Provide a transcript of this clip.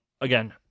again